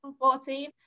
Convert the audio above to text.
2014